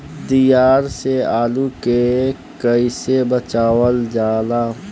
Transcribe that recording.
दियार से आलू के कइसे बचावल जाला?